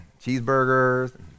cheeseburgers